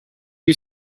you